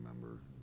remember